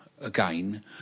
again